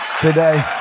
today